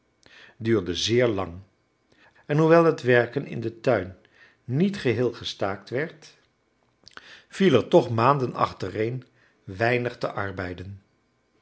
duurde zeer lang en hoewel het werken in den tuin niet geheel gestaakt werd viel er toch maanden achtereen weinig te arbeiden